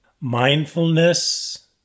Mindfulness